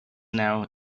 now